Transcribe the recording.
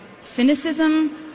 cynicism